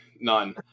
none